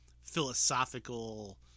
philosophical